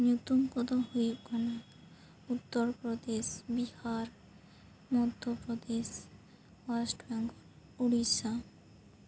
ᱧᱩᱛᱩᱢ ᱠᱚᱫᱚ ᱦᱩᱭᱩᱜ ᱠᱟᱱᱟ ᱩᱛᱛᱚᱨ ᱯᱨᱚᱫᱮᱥ ᱵᱤᱦᱟᱨ ᱢᱚᱫᱽᱫᱷᱚ ᱯᱨᱚᱫᱮᱥ ᱳᱭᱮᱥᱴ ᱵᱮᱝᱜᱚᱞ ᱳᱰᱤᱥᱟ